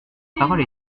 parole